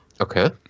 Okay